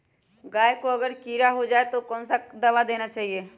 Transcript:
गाय को अगर कीड़ा हो जाय तो कौन सा दवा देना चाहिए?